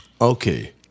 Okay